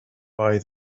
buy